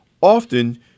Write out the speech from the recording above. Often